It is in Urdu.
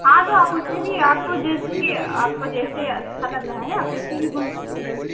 ہاں تو آپ اس میں بھی آپ کو جس بھی آپ کو جیسے اچھا لگ رہا ہے آپ ویسے ہی گھوم سکتے ہیں